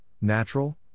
Natural